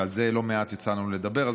ועל זה יצא לנו לדבר לא מעט.